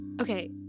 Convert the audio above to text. okay